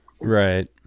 Right